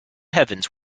heavens